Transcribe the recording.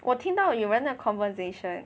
我听到有人的 conversation